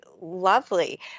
lovely